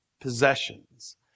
possessions